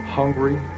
hungry